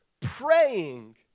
praying